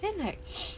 then like